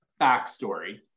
backstory